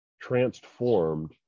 transformed